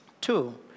Two